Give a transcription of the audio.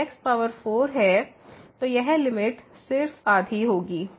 तो यह लिमिट सिर्फ आधी होगी